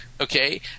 Okay